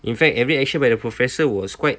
in fact every action by the professor was quite